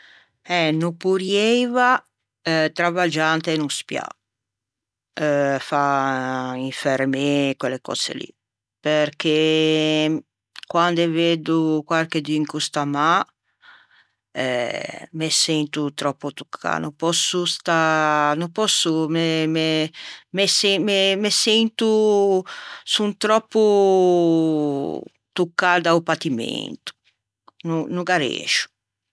Eh no porrieiva travaggiâ inte un ospiâ, fâ l'infermê, quelle cöse lì perché quande veddo quarchedun ch'o stà mâ eh me sento tròppo toccâ no pòsso stâ no pòsso, me me me sen- me sento son tròppo toccâ da-o patimento. No no gh'arriëscio.